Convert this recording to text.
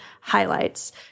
highlights